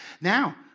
Now